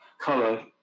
color